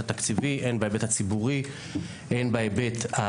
והתקציבים יעברו לאגודות ולאיגודים וזה יבוא לביטוי